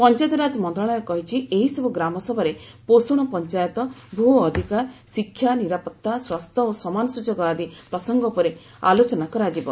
ପଞ୍ଚାୟତିରାଜ ମନ୍ତ୍ରଣାଳୟ କହିଛି ଏହିସବୁ ଗ୍ରାମସଭାରେ ପୋଷଣ ପଞ୍ଚାୟତ ଭୂ ଅଧିକାର ଶିକ୍ଷା ନିରାପତ୍ତା ସ୍ୱାସ୍ଥ୍ୟ ଓ ସମାନ ସୁଯୋଗ ଆଦି ପ୍ରସଙ୍ଗ ଉପରେ ଆଲୋଚନା କରାଯିବ